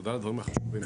תודה על הדברים החשובים.